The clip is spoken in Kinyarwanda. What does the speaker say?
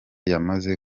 yamaze